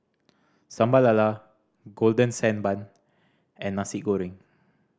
Sambal Lala Golden Sand Bun and Nasi Goreng